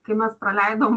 kai mes praleidom